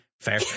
fair